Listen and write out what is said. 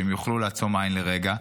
שהם יוכלו לעצום עין לרגע,